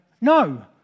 no